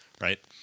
right